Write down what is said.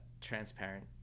transparent